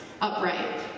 upright